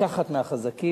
לקחת מהחזקים.